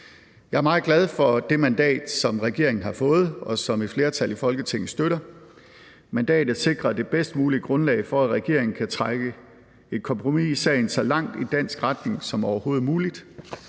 Jeg er meget glad for det mandat, som regeringen har fået, og som et flertal i Folketinget støtter. Mandatet sikrer det bedst mulige grundlag for, at regeringen kan trække et kompromis i sagen så langt i dansk retning som overhovedet muligt.